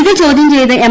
ഇത് ചോദ്യം ചെയ്ത് എം